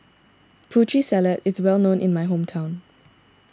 Putri Salad is well known in my hometown